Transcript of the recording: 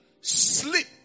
sleep